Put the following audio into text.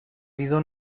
wieso